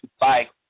Bye